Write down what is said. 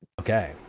okay